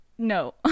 No